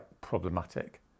problematic